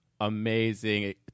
amazing